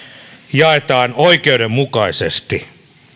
jaetaan oikeudenmukaisesti